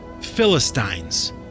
philistines